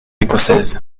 écossaise